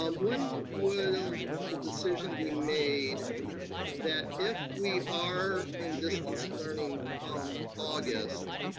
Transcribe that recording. um when will the decision be made that if we are in distance learning come august,